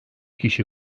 kişi